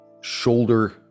shoulder